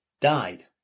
died